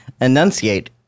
Enunciate